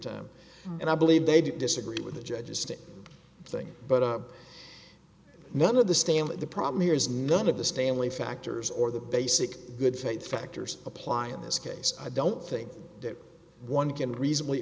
time and i believe they did disagree with the judge as to thing but a none of the stamp the problem here is none of the stanley factors or the basic good faith factors apply in this case i don't think one can reasonably